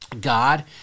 God